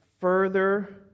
further